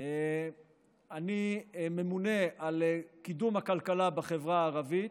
אני ממונה על קידום הכלכלה בחברה הערבית,